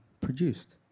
produced